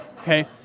Okay